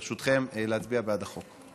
ברשותכם, להצביע בעד החוק.